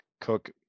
Cook